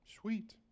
sweet